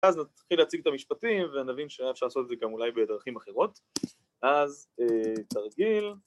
‫אז נתחיל להציג את המשפטים, ‫ונבין שאפשר לעשות את זה ‫גם אולי בדרכים אחרות. ‫אז תרגיל.